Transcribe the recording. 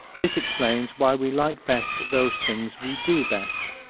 this explains why we like best those things we do best.